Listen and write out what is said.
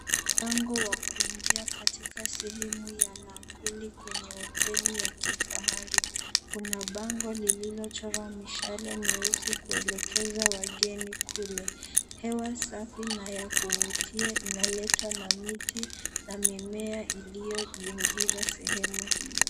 Mlango wa kuingia katika sehemu ya mankuli kwenye hoteli ya kifahari. Kuna bango lililochorwa mishale meusi kuelekeza wageni kule. Hewa safi na ya kuvutia inaletwa na miti na mimea iliyozingira sehemu hiyo.